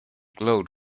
glowed